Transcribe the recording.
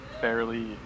fairly